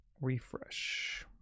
Refresh